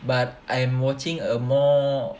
but I am watching a more